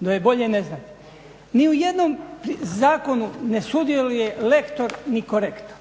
da je bolje ne znati. Ni u jednom zakonu ne sudjeluje lektor ni korektor.